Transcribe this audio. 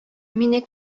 мине